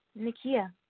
Nikia